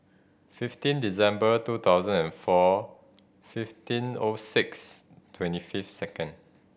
fifteen December two thousand and four fifteen O six twenty fifth second